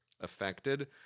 affected